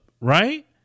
Right